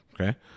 Okay